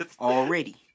Already